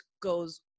goes